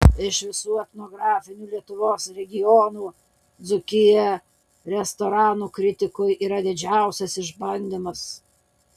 iš visų etnografinių lietuvos regionų dzūkija restoranų kritikui yra didžiausias išbandymas